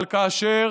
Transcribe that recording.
אבל כאשר